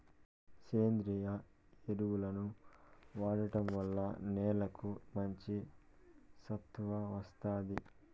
సేంద్రీయ ఎరువులను వాడటం వల్ల నేలకు మంచి సత్తువ వస్తాది